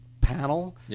panel